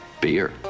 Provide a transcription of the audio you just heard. Beer